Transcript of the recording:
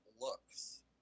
looks